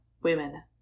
women